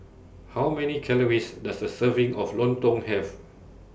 How Many Calories Does A Serving of Lontong Have